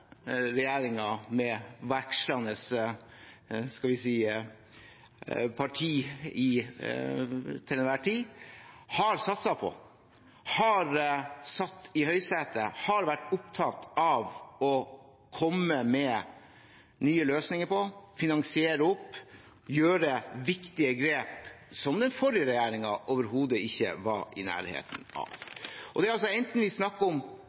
med vekslende partier til enhver tid har satset på, har satt i høysetet og har vært opptatt av å komme med nye løsninger på og finansiere, og gjøre viktige grep som den forrige regjeringen overhodet ikke var i nærheten av. Det gjelder enten vi snakker om